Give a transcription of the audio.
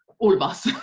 all of us